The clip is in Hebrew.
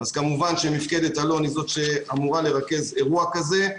כמובן שמפקדת אלון היא זאת שאמורה לרכז אירוע כזה.